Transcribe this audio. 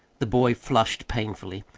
the boy flushed painfully.